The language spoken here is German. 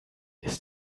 ist